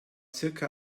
circa